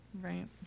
Right